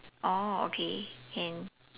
oh okay can